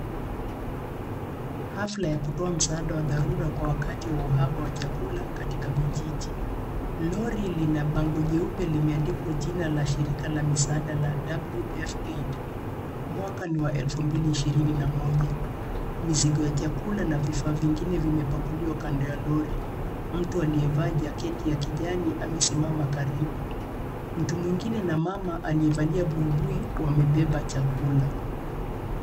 Hafla ya kutoa msaada wa dharura kwa wakati wa uhaba wa chakula katika vijiji. Lori lina bango jeupe limeandikwa jina la shirika la misaada la WFAID. Mwaka ni wa elfu mbili, ishirini na moja. Mizigo ya chakula na vifaa vingine vimepakuliwa kando ya lori. Mtu alliyevaa jaketi ya kijani amesimama karibu. Mtu mwingine na mama aliyevalia buibui wamebeba chakula.